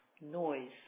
Noise